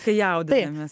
kai jaudinamės